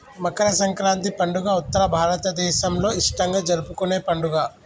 మకర సంక్రాతి పండుగ ఉత్తర భారతదేసంలో ఇష్టంగా జరుపుకునే పండుగ